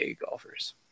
golfers